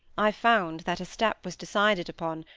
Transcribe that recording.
i found that a step was decided upon,